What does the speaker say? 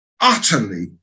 utterly